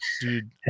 dude